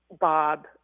bob